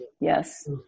Yes